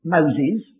Moses